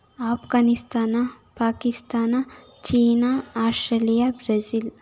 Afghanistan Pakistan China Australia Brazil